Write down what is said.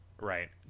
Right